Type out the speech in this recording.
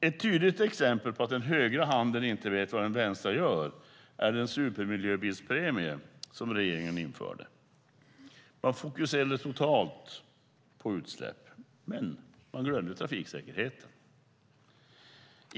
Ett tydligt exempel på att den högra handen inte vet vad den vänstra gör är den supermiljöbilspremie som regeringen införde. Man fokuserade totalt på utsläpp, men man glömde trafiksäkerheten.